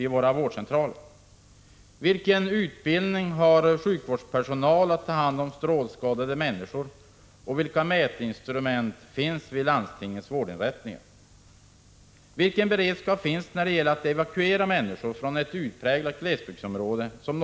De frågor som vi måste ha svar på är bl.a.: Vilken beredskap finns det när det gäller att evakuera människor från ett utpräglat glesbygdsområde — i det här fallet